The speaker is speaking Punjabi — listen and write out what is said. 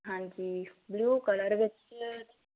ਹਾਂਜੀ ਬਲਿਊ ਕਲਰ ਵਿੱਚ